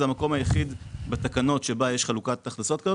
זה המקום היחיד בתקנות שבו יש חלוקת הכנסות כזאת,